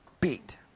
beat